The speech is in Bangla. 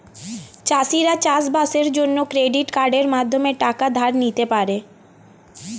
চাষিরা চাষবাসের জন্য ক্রেডিট কার্ডের মাধ্যমে টাকা ধার নিতে পারে